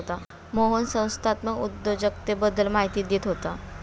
मोहन संस्थात्मक उद्योजकतेबद्दल माहिती देत होता